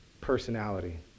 personality